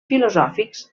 filosòfics